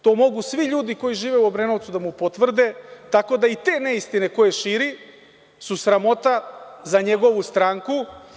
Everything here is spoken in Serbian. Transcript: To mogu svi ljudi koji žive u Obrenovcu da mu potvrde, tako da i te neistine koje širi su sramota za njegovu stranku.